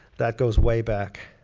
that goes way back.